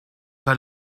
pas